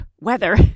weather